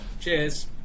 Cheers